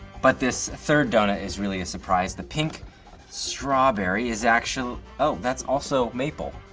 but this third donut is really a surprise, the pink strawberry is actual, oh, that's also maple.